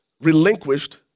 relinquished